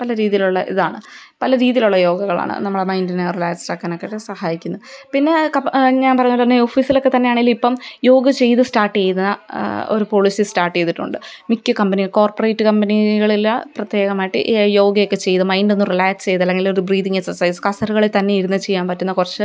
പല രീതിയിലുള്ള ഇതാണ് പല രീതിയിലുള്ള യോഗകളാണ് നമ്മളുടെ മൈൻഡിനെ റിലാസ്ഡാക്കാനൊക്കെയായിട്ട് സഹായിക്കുന്നത് പിന്നെ ഞാന് പറയുന്ന പോലെതന്നെ ഓഫീസിലൊക്കെ തന്നെയാണേലും ഇപ്പോള് യോഗ ചെയ്ത് സ്റ്റാർട്ടെയ്യുന്ന ഒരു പോളിസി സ്റ്റാർട്ടെയ്തിട്ടുണ്ട് മിക്ക കമ്പനി കോർപ്പറേറ്റ് കമ്പനികളില് പ്രത്യേകമായിട്ട് യോഗയൊക്കെ ചെയ്ത് മൈൻഡൊന്ന് റിലാക്സെയ്തല്ലെങ്കിലൊരു ബ്രീതിങ് എക്സസൈസ് കസേരകളിയില്ത്തന്നെ ഇരുന്നു ചെയ്യാന് പറ്റുന്ന കുറച്ച്